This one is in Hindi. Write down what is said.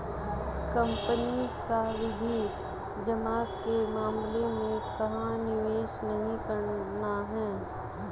कंपनी सावधि जमा के मामले में कहाँ निवेश नहीं करना है?